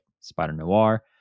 Spider-Noir